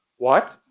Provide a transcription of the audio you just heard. what?